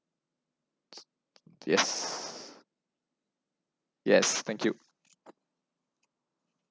yes yes thank you